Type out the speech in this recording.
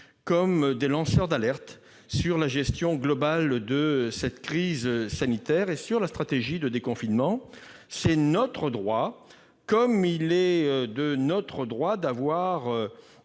tant que lanceurs d'alerte sur la gestion globale de cette crise sanitaire et sur la stratégie de déconfinement. C'est notre droit, tout comme de déposer